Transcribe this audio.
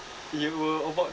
you were about